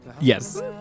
Yes